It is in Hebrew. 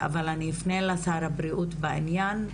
אבל אני אפנה לשר הבריאות בעניין.